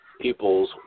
people's